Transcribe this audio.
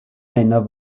männer